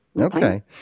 Okay